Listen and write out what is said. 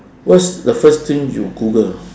what's the first thing you google